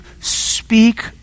speak